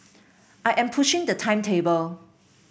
I am pushing the timetable